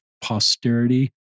posterity